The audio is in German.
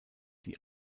die